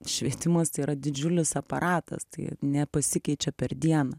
švietimas tai yra didžiulis aparatas tai nepasikeičia per dieną